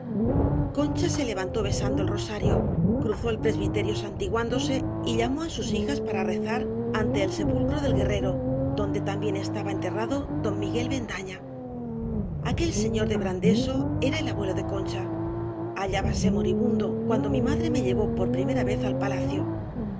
concha se levantó be sando el rosario cruzó el presbiterio santi guándose y llamó á sus hijas para rezar ante el sepulcro del guerrero donde también es taba enterrado don miguel bendaña aquel señor de brandeso era el abuelo de concha hallábase moribundo cuando mi madre me llevó por primera vez al palacio